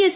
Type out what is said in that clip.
S